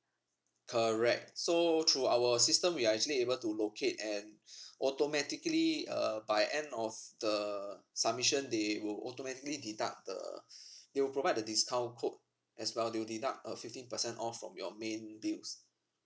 correct so through our system we are actually able to locate and automatically uh by end of the submission they will automatically deduct the they will provide the discount code as well they'll deduct a fifteen percent off from your main deals